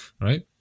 right